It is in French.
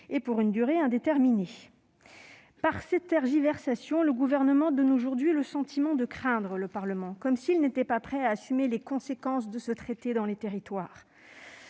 et pour une durée indéterminée. Par ses tergiversations, le Gouvernement donne aujourd'hui le sentiment de craindre le Parlement, comme s'il n'était pas prêt à assumer les conséquences de ce traité dans les territoires.